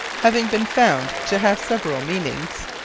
having been found to have several meanings,